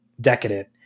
decadent